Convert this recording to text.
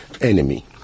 enemy